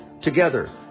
Together